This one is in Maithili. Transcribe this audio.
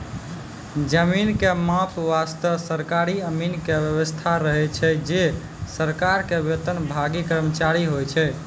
जमीन के माप वास्तॅ सरकारी अमीन के व्यवस्था रहै छै जे सरकार के वेतनभागी कर्मचारी होय छै